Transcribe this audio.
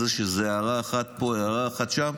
אז יש הערה אחת פה והערה אחת שם,